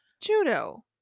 judo